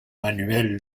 manuel